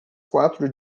quatro